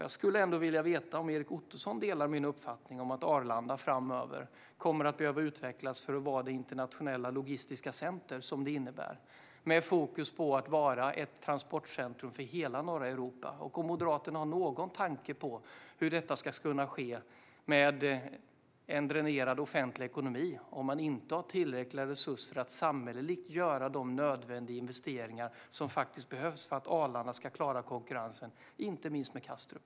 Jag skulle ändå vilja veta om Erik Ottoson delar min uppfattning om att Arlanda framöver kommer att behöva utvecklas för att vara det internationella logistiska center som det innebär med fokus på att vara ett transportcentrum för hela norra Europa och om Moderaterna har någon tanke på hur detta ska kunna ske med en dränerad offentlig ekonomi då man inte har tillräckliga resurser att samhälleligt göra de nödvändiga investeringar som behövs för att Arlanda ska klara konkurrensen, inte minst med Kastrup.